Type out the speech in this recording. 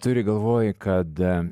turi galvoj kad